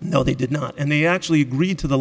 now they did not and they actually agreed to the